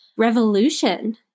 revolution